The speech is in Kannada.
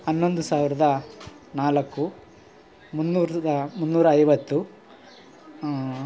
ಹನ್ನೊಂದು ಸಾವಿರದ ನಾಲ್ಕು ಮುನ್ನೂರ ಮುನ್ನೂರ ಐವತ್ತು